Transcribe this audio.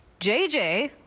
j j.